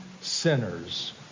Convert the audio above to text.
sinners